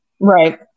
Right